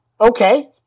Okay